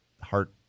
heart